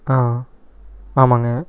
ஆ ஆமாம்ங்க